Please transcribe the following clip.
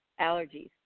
allergies